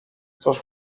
cóż